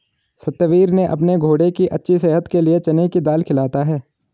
सत्यवीर ने अपने घोड़े की अच्छी सेहत के लिए चने की दाल खिलाता है